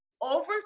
Over